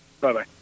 Bye-bye